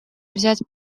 взять